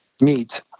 meat